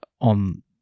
on